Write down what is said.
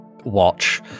Watch